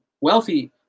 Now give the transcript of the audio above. wealthy